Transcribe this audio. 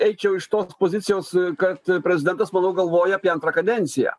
eičiau iš tos pozicijos kad prezidentas manau galvoja apie antrą kadenciją